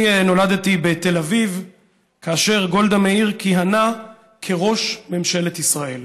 אני נולדתי בתל אביב כאשר גולדה מאיר כיהנה כראש ממשלת ישראל.